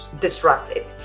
disrupted